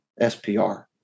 SPR